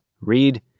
read